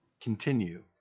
Continue